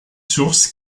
sources